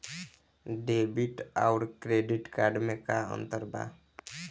Debit आउर credit card मे का अंतर बा?